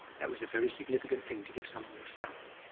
that was a very significant thing, to give someone your staff.